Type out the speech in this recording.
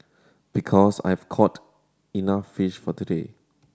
because I've caught enough fish for today